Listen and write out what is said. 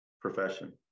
profession